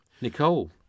Nicole